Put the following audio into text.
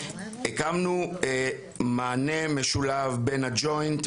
הקמנו מענה משולב בין הג'וינט,